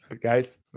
guys